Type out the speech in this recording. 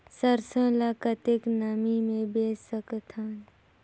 सरसो ल कतेक नमी मे बेच सकथव?